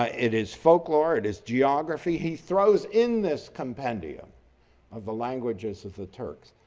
ah it is folklore. it is geography. he throws in this compendium of the languages of the turks.